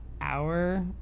hour